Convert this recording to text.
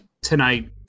tonight